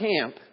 camp